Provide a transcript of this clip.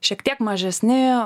šiek tiek mažesni